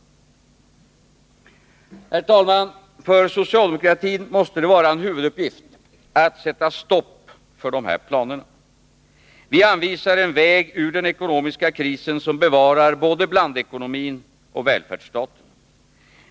Herr talman! För socialdemokratin måste det vara en huvuduppgift att sätta stopp för de här planerna. Vi anvisar en väg ur den ekonomiska krisen, som bevarar både blandekonomin och välfärdsstaten.